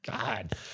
God